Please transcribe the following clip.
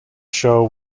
show